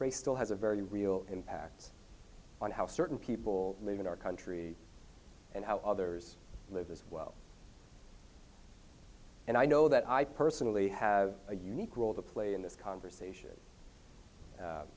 race still has a very real impacts on how certain people live in our country and how others live as well and i know that i personally have a unique role to play in this conversation